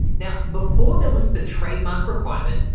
now, before there was the trademark requirement,